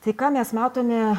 tai ką mes matome